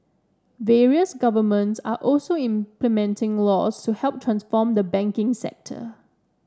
various governments are also implementing laws to help transform the banking sector